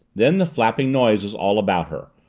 then the flapping noise was all about her,